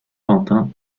quentin